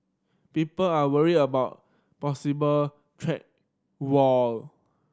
people are worried about possible trade war